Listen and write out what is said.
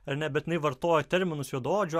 ar ne bet jinai vartoja terminus juodaodžių